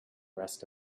rest